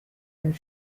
and